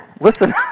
listen